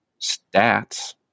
stats